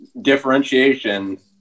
differentiation